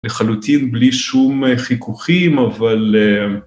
לחלוטין בלי שום חיכוכים, אבל...